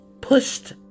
pushed